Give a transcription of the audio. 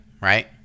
right